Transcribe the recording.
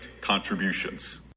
Contributions